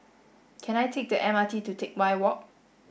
can I take the M R T to Teck Whye Walk